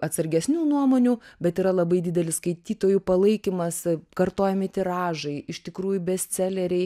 atsargesnių nuomonių bet yra labai didelis skaitytojų palaikymas kartojami tiražai iš tikrųjų bestseleriai